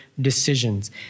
decisions